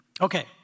okay